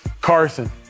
Carson